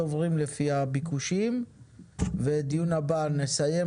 שאנחנו בהחלט בעד דיון בנושא